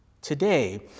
Today